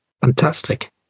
fantastic